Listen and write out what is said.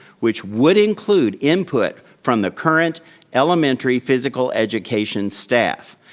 which would include input from the current elementary physical education staff.